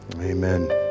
Amen